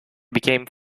became